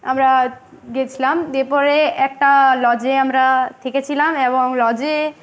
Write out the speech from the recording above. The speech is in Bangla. আমরা গেছিলাম দিয়ে পড়ে একটা লজে আমরা থেকেছিলাম এবং লজে